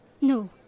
No